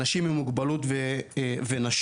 אנשים עם מוגבלות ונשים.